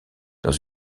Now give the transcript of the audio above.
dans